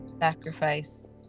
sacrifice